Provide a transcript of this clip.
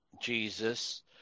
Jesus